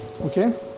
Okay